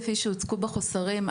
כפי שהוצגו בחוסרים,